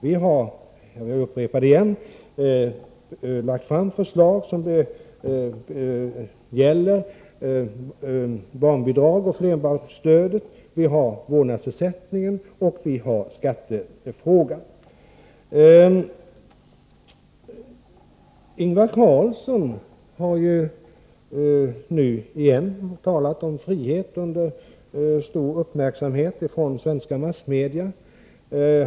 Vi har — jag upprepar det — lagt fram förslag som gäller barnbidrag, flerbarnsstöd, vårdnadsersättning och skattefrågan. Ingvar Carlsson har nu igen talat om frihet, under stor uppmärksamhet från massmedia.